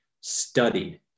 studied